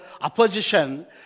opposition